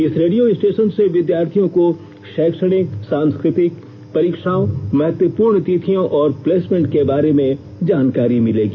इस radio station से विद्यार्थियों को शैक्षणिक सांस्कृ तिक परीक्षाओं महत्वपूर्ण तिथियों और प्लेसमेंट के बारे में जानकारी मिलेगी